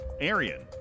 Arian